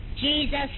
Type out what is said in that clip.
Jesus